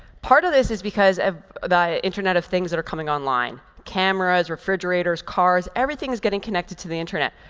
part of this is because of the internet of things that are coming online. cameras, refrigerators, cars, everything is getting connected to the internet.